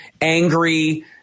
angry